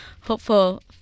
hopeful